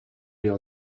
aller